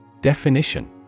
Definition